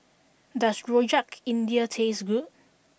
does Rojak India taste good